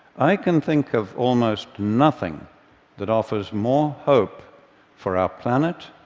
i can think of almost nothing that offers more hope for our planet,